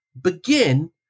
begin